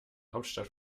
hauptstadt